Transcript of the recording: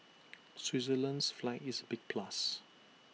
Switzerland's flag is A big plus